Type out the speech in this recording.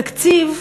תקציב,